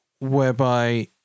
whereby